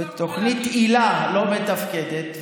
ותוכנית היל"ה לא מתפקדת,